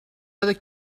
other